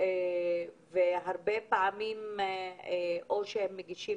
הרבה פעמים הם מגישים